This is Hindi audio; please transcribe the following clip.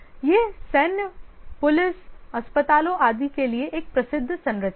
यह सैन्य पुलिस अस्पतालों आदि के लिए एक प्रसिद्ध संरचना है